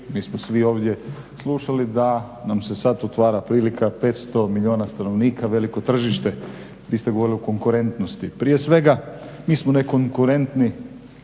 mi smo svi ovdje slušali da nam se sada otvara prilika 500 milijuna stanovnika, veliko tržište. Vi ste govorili o konkurentnosti. Prije svega mi smo nekonkurentni,